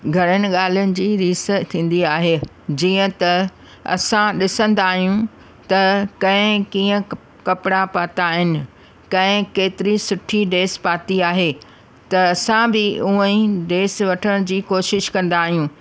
घणनि ॻाल्हियुनि जी रीस थींदी आहे जीअं त असां ॾिसंदा आहियूं कंहिं कीअं कपिड़ा पाता आहिनि कंहिं केतिरी सुठी ड्रैस पाती आहे त असां बि ऊअं ई ड्रैस वठण जी कोशिशि कंदा आहियूं